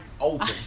open